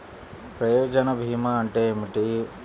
ప్రయోజన భీమా అంటే ఏమిటి?